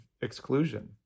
exclusion